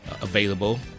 available